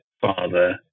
father